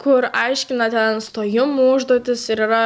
kur aiškina ten stojimo užduotis ir yra